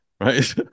right